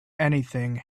anything